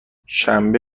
شنبه